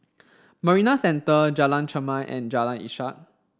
Marina Centre Jalan Chermai and Jalan Ishak